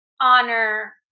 honor